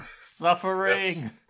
Suffering